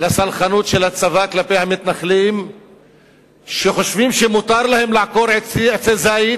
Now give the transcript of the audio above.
לסלחנות של הצבא כלפי מתנחלים שחושבים שמותר להם לעקור עצי זית,